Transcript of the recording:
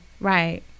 Right